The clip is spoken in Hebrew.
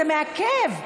זה מעכב.